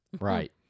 Right